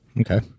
Okay